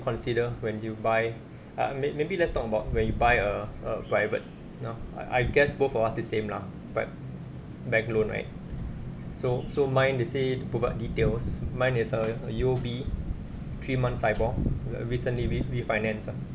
consider when you buy err may maybe let's talk about when you buy a a private you now I guess both of us is the same lah but bank loan right so so mine they say to provide details mine is err U_O_B three months SIBOR uh recently we refinance ah